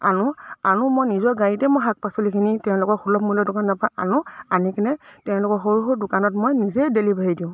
আনো আনো মই নিজৰ গাড়ীতে মই শাক পাচলিখিনি তেওঁলোকৰ সুলভ মূল্য দোকানৰ পৰা আনো আনি কিনে তেওঁলোকৰ সৰু সৰু দোকানত মই নিজেই ডেলিভাৰী দিওঁ